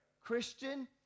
Christian